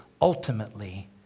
ultimately